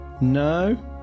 No